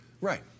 Right